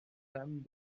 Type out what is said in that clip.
dame